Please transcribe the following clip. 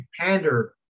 pander